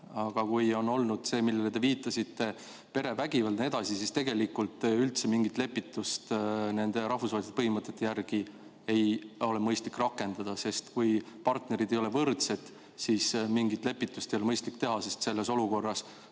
Aga kui on olnud see, millele te viitasite, perevägivald ja nii edasi, siis tegelikult üldse mingit lepitust nende rahvusvaheliste põhimõtete järgi ei ole mõistlik rakendada. Kui partnerid ei ole võrdsed, siis mingit lepitust ei ole mõistlik teha, sest panna leppima